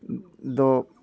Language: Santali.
ᱫᱚ